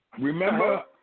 Remember